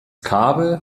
kabel